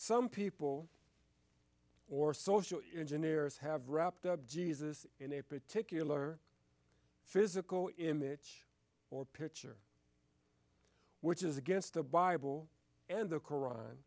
some people or social engineers have wrapped up jesus in a particular physical image or picture which is against the bible and the koran